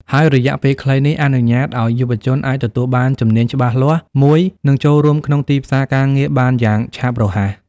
ហើយរយៈពេលខ្លីនេះអនុញ្ញាតឱ្យយុវជនអាចទទួលបានជំនាញច្បាស់លាស់មួយ និងចូលរួមក្នុងទីផ្សារការងារបានយ៉ាងឆាប់រហ័ស។